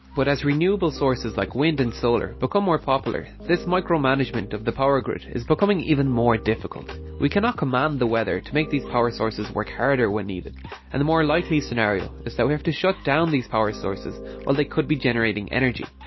but as renewable sources like wind and solar become more popular this micro-management of the power-grid is becoming even more difficult. we cannot command the weather to make these power sources work harder when needed and the more likely scenario is that we have to shut down these power sources while they could be generating energy,